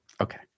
okay